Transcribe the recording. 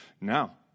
Now